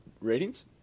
Ratings